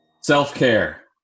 self-care